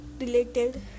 related